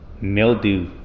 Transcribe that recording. mildew